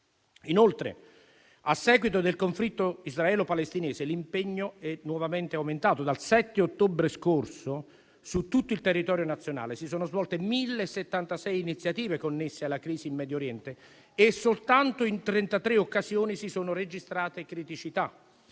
Inoltre, a seguito del conflitto israelo-palestinese l'impegno è nuovamente aumentato. Dal 7 ottobre scorso su tutto il territorio nazionale si sono svolte 1.076 iniziative connesse alla crisi in Medio Oriente e soltanto in 33 occasioni si sono registrate criticità.